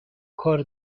کار